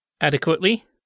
Adequately